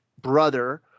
brother